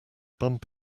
bump